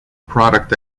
product